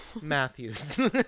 Matthews